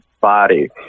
body